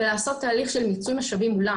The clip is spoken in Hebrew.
ולעשות הליך של ניצול משאבים מולם.